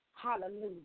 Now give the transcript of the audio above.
Hallelujah